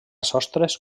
sostres